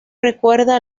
recuerda